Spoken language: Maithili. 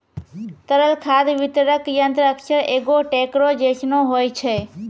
तरल खाद वितरक यंत्र अक्सर एगो टेंकरो जैसनो होय छै